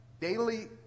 daily